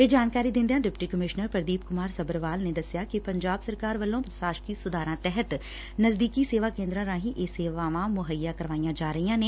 ਇਹ ਜਾਣਕਾਰੀ ਦਿੰਦਿਆਂ ਡਿਪਟੀ ਕਮਿਸ਼ਨਰ ਪਰਦੀਪ ਕੁਮਾਰ ਸੱਭਰਵਾਲ ਨੇ ਦੱਸਿਆ ਕਿ ਪੰਜਾਬ ਸਰਕਾਰ ਵੱਲੋਂ ਪ੍ਰਸਾਸ਼ਕੀ ਸੁਧਾਰਾਂ ਤਹਿਤ ਨਜ਼ਦੀਕੀ ਸੇਵਾ ਕੇਂਦਰਾਂ ਰਾਹੀ ਇਹ ਸੇਵਾਵਾਂ ਮੁੱਹਈਆ ਕਰਵਾਈਆਂ ਜਾ ਰਹੀਆਂ ਨੇ